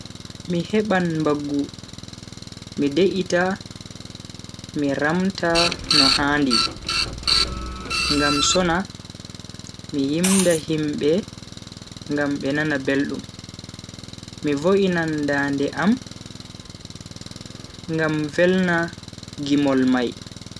Mi heban mbaggu mi de'ita mi ramta no handi. ngam sona mi yimda himbe ngam be nana beldum. mi voinan dande am ngam velna gimol mai.